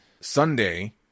sunday